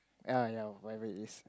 ya ya whatever it is